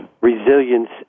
resilience